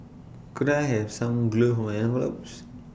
could I have some glue for my envelopes